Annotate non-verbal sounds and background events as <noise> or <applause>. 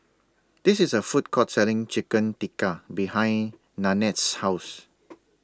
This IS A Food Court Selling Chicken Tikka behind Nanette's House <noise>